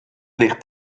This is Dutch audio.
licht